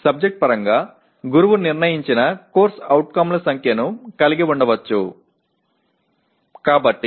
அவை பாடம் பாடத்தின் பொருள் மற்றும் ஆசிரியரால் தீர்மானிக்கப்படுகின்ற சிஓக்கள் எண்ணிக்கையைக் கொண்டிருக்கலாம்